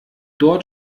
dort